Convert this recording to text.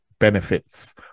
benefits